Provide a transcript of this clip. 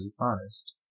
honest